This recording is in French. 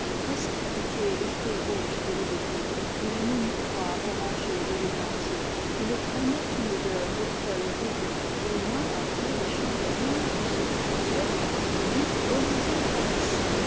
restaient piqués les fruits rouges de l'aubépine ou la menue poire orangée de l'églantier il traînait une odeur de feuilles rouies au loin après les champs de vigne où se profilaient des arbres nus l'horizon pâlissait